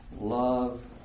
love